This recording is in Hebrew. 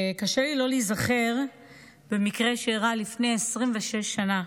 וקשה לי לא להיזכר במקרה שאירע לפני 26 שנה: